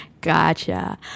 Gotcha